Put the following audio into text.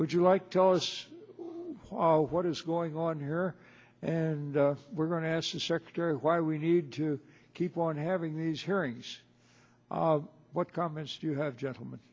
would you like tell us what is going on here and we're going to ask the secretary why we need to keep on having these hearings what comments do you have gentlem